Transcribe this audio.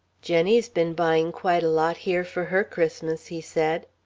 jenny's been buying quite a lot here for her christmas, he said.